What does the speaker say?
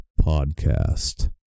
podcast